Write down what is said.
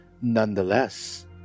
Nonetheless